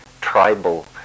tribal